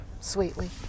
sweetly